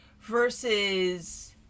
versus